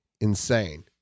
insane